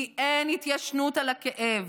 כי אין התיישנות על הכאב,